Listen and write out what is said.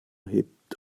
hebt